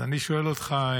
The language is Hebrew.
אז אני שואל אותך,